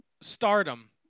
stardom